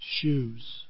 shoes